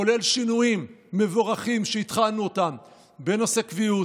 כולל שינויים מבורכים שהתחלנו אותם בנושא קביעות,